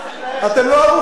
אתם לא ערוכים.